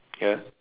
ya